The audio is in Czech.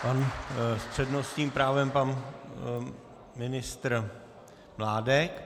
S přednostním právem pan ministr Mládek.